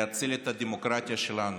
להציל את הדמוקרטיה שלנו,